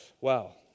Wow